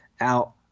out